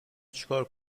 چیکار